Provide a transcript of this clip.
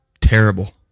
Terrible